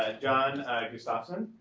ah john gustafson.